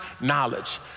knowledge